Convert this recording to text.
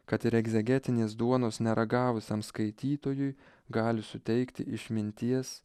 kad ir egzegetinės duonos neragavusiam skaitytojui gali suteikti išminties